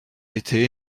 été